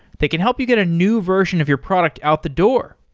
they can help you get a new version of your product out the door.